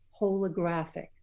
holographic